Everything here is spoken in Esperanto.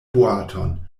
boaton